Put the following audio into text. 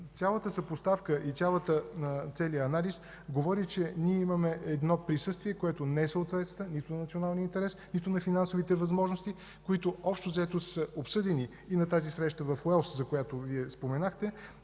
Цялата съпоставка и целият анализ говори, че ние имаме присъствие, което не съответства нито на националния интерес, нито на финансовите възможности, които общо взето са обсъдени и на тази среща в Уелс, за която Вие споменахте,